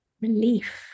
relief